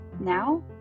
Now